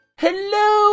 Hello